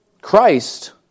Christ